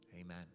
amen